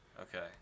Okay